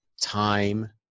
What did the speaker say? time